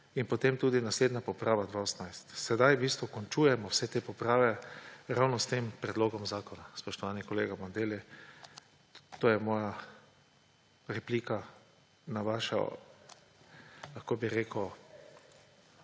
In potem tudi naslednja poprava 2018. Sedaj v bistvu končujemo vse te poprave ravno s tem predlogom zakona, spoštovani kolega Bandelli. To je moja replika na vašo opazko. Hvala